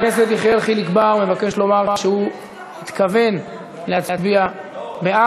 חבר הכנסת יחיאל חיליק בר מבקש לומר שהוא התכוון להצביע בעד,